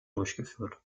durchgeführt